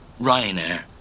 Ryanair